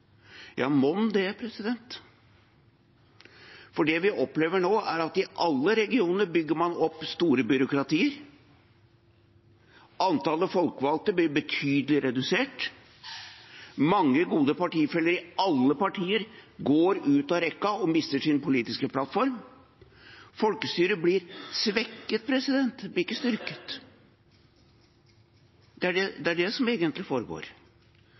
Ja, mon det. Det vi opplever nå, er at man i alle regioner bygger opp store byråkratier. Antallet folkevalgte blir betydelig redusert. Mange gode partifeller i alle partier går ut av rekken og mister sin politiske plattform. Folkestyret blir svekket, det blir ikke styrket. Det er det som egentlig foregår.